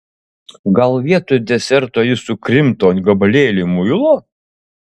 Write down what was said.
gal vietoj deserto jis sukrimto gabalėlį muilo